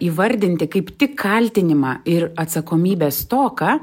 įvardinti kaip tik kaltinimą ir atsakomybės stoką